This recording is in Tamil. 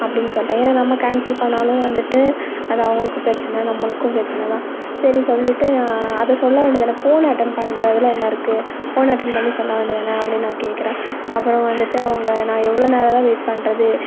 அப்படின்னு சொல்லிட்டேன் ஏன்னால் நம்ம கேன்சல் பண்ணிணாலும் வந்துட்டு அது அவங்களுக்கு பிரச்சின நம்மளுக்கும் பிரச்சினதான் சரின் சொல்லிட்டு அதை சொல்ல வேண்டியது தானே ஃபோன் அட்டெண்ட் பண்ணுறதுல என்ன இருக்குது ஃபோன் அட்டெண்ட் பண்ணி சொல்ல வேண்டியது தானே அப்படின்னு நான் கேட்குறேன் அப்புறம் வந்துட்டு அவங்க நான் எவ்வளோ நேரம்தான் வெயிட் பண்ணுறது